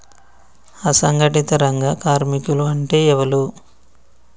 అసంఘటిత రంగ కార్మికులు అంటే ఎవలూ?